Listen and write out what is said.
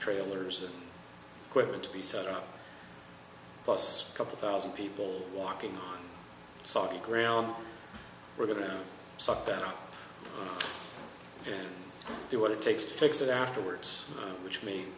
trailers and quicker to be set up plus a couple thousand people walking on saudi ground we're going to suck that up do what it takes to fix it afterwards which may